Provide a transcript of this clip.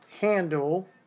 handle